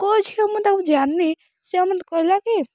କେଉଁ ଝିଅ ମୁଁ ତାକୁ ଜାଣିନି ସେ ଆଉ ମୋତେ କହିଲା କି